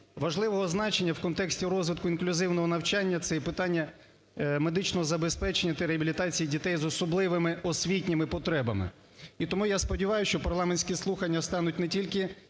Важливого значення в контексті розвитку інклюзивного навчання це є питання медичного забезпечення та реабілітації дітей з особливими освітніми потребами. І тому я сподіваюся, що парламентські слухання стануть не тільки